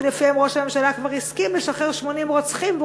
שראש הממשלה כבר הסכים לשחרר 80 רוצחים והוא